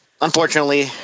unfortunately